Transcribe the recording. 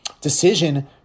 decision